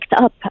up